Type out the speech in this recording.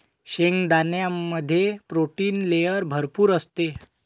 शेंगदाण्यामध्ये protein layer भरपूर असते